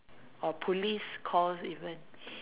or police calls even